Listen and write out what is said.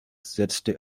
setzte